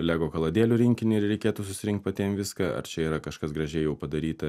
lego kaladėlių rinkinį ir reikėtų susirinkt patiem viską ar čia yra kažkas gražiai jau padaryta